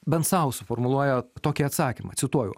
bent sau suformuluoja tokį atsakymą cituoju